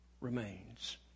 remains